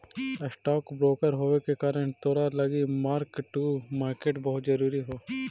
stock broker होबे के कारण तोरा लागी मार्क टू मार्केट बहुत जरूरी हो